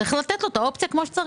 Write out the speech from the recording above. צריך לתת לו את האופציה כמו שצריך.